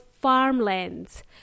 farmlands